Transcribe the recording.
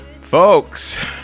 Folks